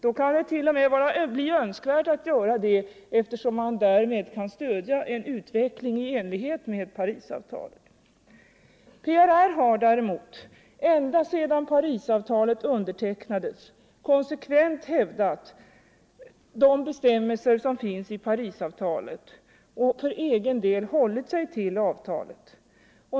Då kan det t.o.m. bli önskvärt att göra det, eftersom man därmed kan stödja en utveckling i enlighet med Parisavtalet. PRR har däremot ända sedan Parisavtalet undertecknades konsekvent hävdat de bestämmelser som finns i det och för egen del hållit sig till avtalet.